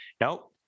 Nope